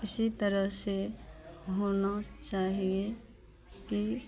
इसी तरह से होना चाहिए कि